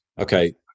Okay